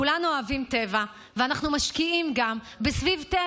כולנו אוהבים טבע ואנחנו משקיעים גם ב"סביבטבע",